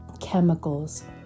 chemicals